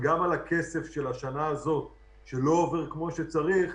וגם הכסף של השנה הזאת לא עובר כפי שצריך,